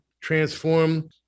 transform